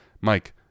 Mike